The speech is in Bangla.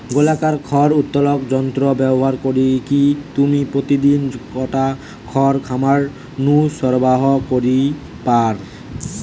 গোলাকার খড় উত্তোলক যন্ত্র ব্যবহার করিকি তুমি প্রতিদিন কতটা খড় খামার নু সরবরাহ করি পার?